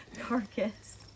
carcass